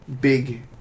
big